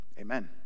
Amen